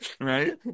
right